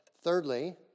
Thirdly